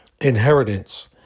Inheritance